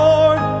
Lord